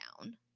down